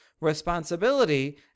Responsibility